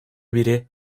biri